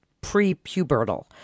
pre-pubertal